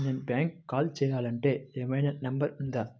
నేను బ్యాంక్కి కాల్ చేయాలంటే ఏమయినా నంబర్ ఉందా?